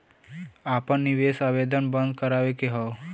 आपन निवेश आवेदन बन्द करावे के हौ?